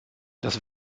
das